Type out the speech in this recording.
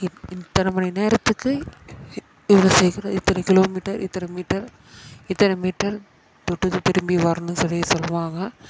இத் இத்தனை மணி நேரத்துக்கு இவ்வளோ சீக்கிரம் இத்தனை கிலோ மீட்டர் இத்தனை மீட்டர் இத்தனை மீட்டர் தொட்டுவிட்டு திரும்பி வரணும் சொல்லி சொல்வாங்க